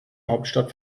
hauptstadt